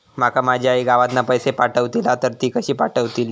माका माझी आई गावातना पैसे पाठवतीला तर ती कशी पाठवतली?